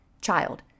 child